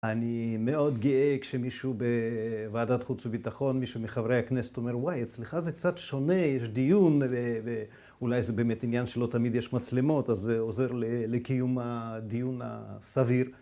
אני מאוד גאה כשמישהו בוועדת חוץ וביטחון, מישהו מחברי הכנסת, אומר וואי, אצלך זה קצת שונה, יש דיון, ואולי זה באמת עניין שלא תמיד יש מצלמות, אז זה עוזר לקיום הדיון הסביר.